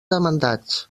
demandats